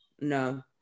no